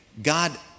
God